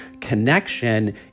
connection